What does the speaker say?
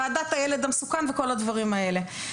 ועדת הילד המסוכן וכל הדברים האלה.